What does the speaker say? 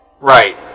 Right